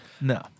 No